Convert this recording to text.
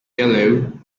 yellow